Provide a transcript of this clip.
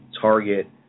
Target